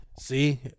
See